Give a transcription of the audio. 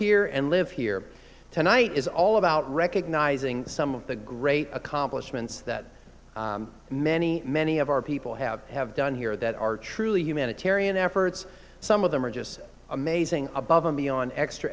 here and live here tonight is all about recognizing some of the great accomplishments that many many of our people have have done here that are truly humanitarian efforts some of them are just amazing above and beyond extra